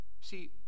See